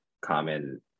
common